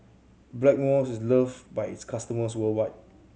Blackmores is loved by its customers worldwide